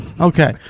Okay